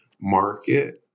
market